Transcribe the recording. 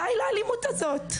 די לאלימות הזאת.